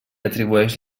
atribueix